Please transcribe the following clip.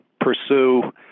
pursue